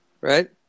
right